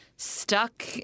stuck